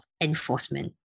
enforcement